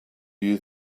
you